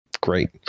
great